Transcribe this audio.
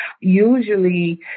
usually